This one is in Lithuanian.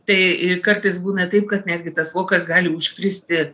tai kartais būna taip kad netgi tas vokas gali užkristi